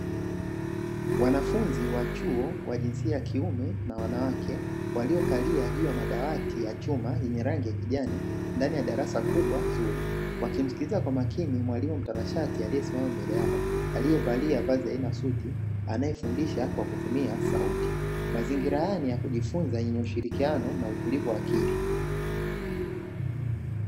Wanafunzi wa chuo wa jinsia ya kiume na wanawake, waliokalia juu ya madawati ya chuma; yenye rangi ya kijani, ndani ya darasa kubwa zuri. Wakimsilikiza kwa makini mwalimu mtanashati; aliyesimama mbele yao, aliyevalia vazi aina suti, anayefundisha kwa kutumia sauti. Mazingirani haya ni ya kujifunza yenye ushirikiano na utulivu wa akili.